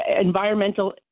environmental